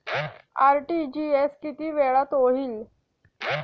RTGS किती वेळात होईल?